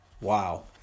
Wow